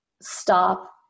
stop